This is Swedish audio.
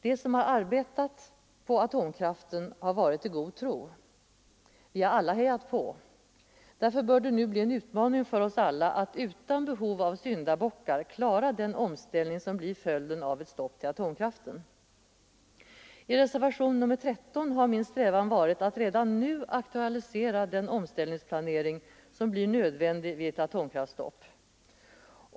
De som arbetat på atomkraften har varit i god tro. Vi har alla hejat på. Därför bör det nu vara en utmaning för oss alla att, utan behov av syndabockar, klara den omställning som blir följden av ett stopp för anslagen till atomkraften. I reservationen 13 har min strävan varit att redan nu aktualisera den omställningsplanering som blir nödvändig vid ett atomkraftstopp.